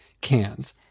cans